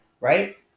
right